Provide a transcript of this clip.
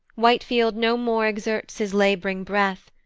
whitefield no more exerts his lab'ring breath,